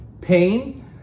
pain